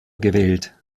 gewählt